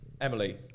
Emily